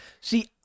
See